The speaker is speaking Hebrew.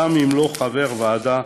גם אם הוא לא חבר ועדה,